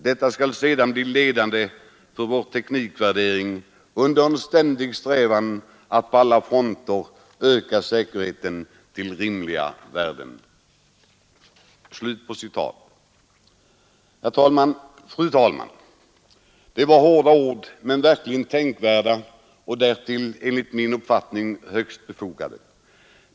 Detta skall sedan bli ledande för vår teknikvärdering under en ständig strävan att på alla fronter öka säkerheten till rimliga värden.” Fru talman! Det var hårda ord, men verkligen tänkvärda och därtill enligt min mening högst befogade.